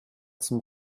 zum